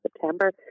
September